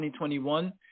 2021